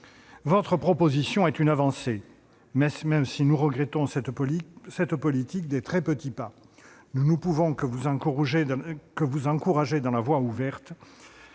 Votre proposition est une avancée, monsieur le ministre, même si nous regrettons cette politique des très petits pas. Nous ne pouvons que vous encourager dans la voie ouverte,